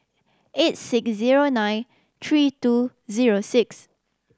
eight six zero nine three two zero six